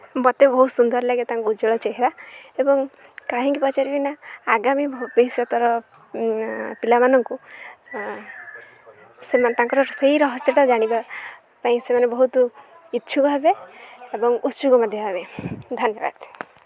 ମୋତେ ବହୁତ ସୁନ୍ଦର ଲାଗେ ତାଙ୍କ ଉଜ୍ଜଳ ଚେହେରା ଏବଂ କାହିଁକି ପଚାରିବି ନା ଆଗାମୀ ଭବିଷ୍ୟତର ପିଲାମାନଙ୍କୁ ସେମାନେ ତାଙ୍କର ସେହି ରହସ୍ୟଟା ଜାଣିବା ପାଇଁ ସେମାନେ ବହୁତ ଇଚ୍ଛୁକ ହେବେ ଏବଂ ଉତ୍ସୁକ ମଧ୍ୟ ହେବେ ଧନ୍ୟବାଦ